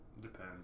Depends